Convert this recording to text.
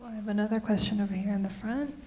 another question over here in the front.